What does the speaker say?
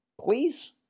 please